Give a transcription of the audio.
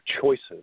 choices